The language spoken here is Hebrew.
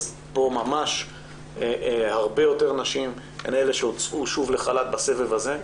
אז פה ממש הרבה יותר נשים הן אלה שהוצאו שוב לחל"ת בסבב הזה.